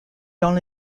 dans